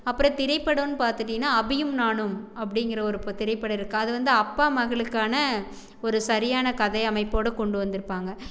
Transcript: அப்புறோம் திரைப்படம்னு பார்த்துட்டினா அபியும் நானும் அப்படிங்கற ஒரு திரைப்படம் இருக்குது அது வந்து அப்பா மகளுக்கான ஒரு சரியான கதை அமைப்போடு கொண்டு வந்து இருப்பாங்க